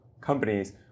companies